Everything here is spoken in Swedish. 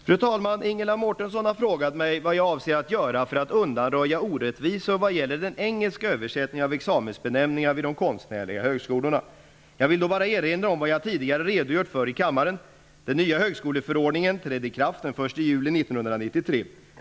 Fru talman! Ingela Mårtensson har frågat mig vad jag avser att göra för att undanröja orättvisor vad gäller den engelska översättningen av examensbenämningar vid de konstnärliga högskolorna. Jag vill då bara erinra om vad jag tidigare redogjort för i kammaren. Den nya högskoleförordningen trädde i kraft den 1 juli 1993.